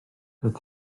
doedd